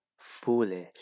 foolish